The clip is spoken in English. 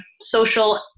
social